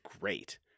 great